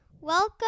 welcome